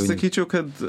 sakyčiau kad